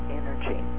energy